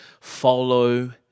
Follow